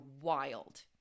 wild